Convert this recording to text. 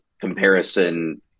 comparison